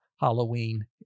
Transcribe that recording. Halloween